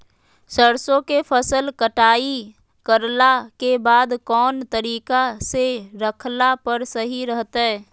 सरसों के फसल कटाई करला के बाद कौन तरीका से रखला पर सही रहतय?